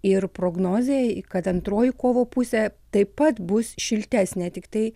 ir prognozei kad antroji kovo pusė taip pat bus šiltesnė tiktai